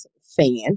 fan